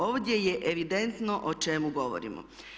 Ovdje je evidentno o čemu govorimo.